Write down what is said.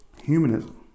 Humanism